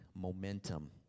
momentum